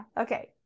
Okay